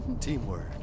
teamwork